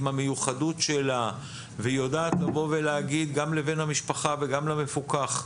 עם המיוחדות שלה והיא יודעת לבוא ולהגיד גם לבן המשפחה וגם למפוקח,